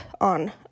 on